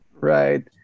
Right